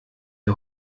ihr